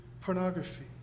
pornography